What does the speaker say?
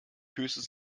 höchstens